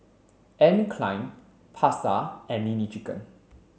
Anne Klein Pasar and Nene Chicken